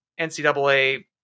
NCAA